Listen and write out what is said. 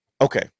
Okay